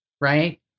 right